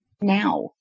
now